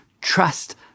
Trust